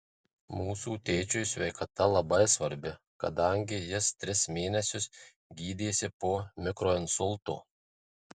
mūsų tėčiui sveikata labai svarbi kadangi jis tris mėnesius gydėsi po mikroinsulto